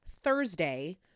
Thursday